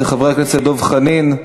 של חברי הכנסת דב חנין,